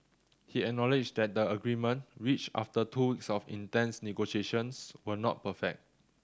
he acknowledged that the agreement reached after two weeks of intense negotiations was not perfect